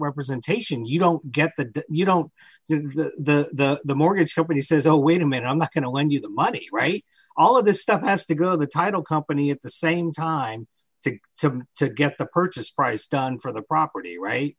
representation you don't get the you don't know the mortgage company says oh wait a minute i'm going to lend you the money right all of this stuff has to grow the title company at the same time to him to get the purchase price down for the property right